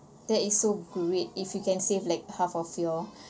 that is so great if you can save like half of your